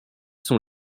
sont